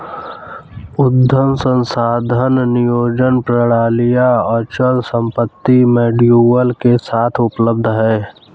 उद्यम संसाधन नियोजन प्रणालियाँ अचल संपत्ति मॉड्यूल के साथ उपलब्ध हैं